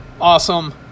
Awesome